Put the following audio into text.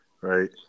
right